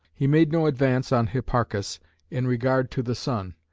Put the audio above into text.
he made no advance on hipparchus in regard to the sun,